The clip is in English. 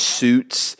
suits